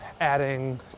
adding